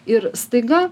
ir staiga